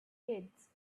kids